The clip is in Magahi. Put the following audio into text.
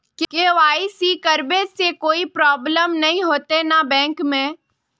के.वाई.सी करबे से कोई प्रॉब्लम नय होते न बैंक में?